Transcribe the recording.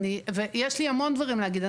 יש לי המון דברים להגיד.